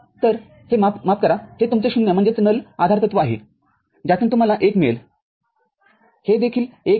तरहे माफ करा हे तुमचे शून्यआधारतत्वआहे ज्यातून तुम्हाला १ मिळेल हे देखील १ होत आहे